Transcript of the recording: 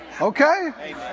Okay